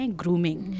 grooming